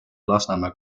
lasnamäe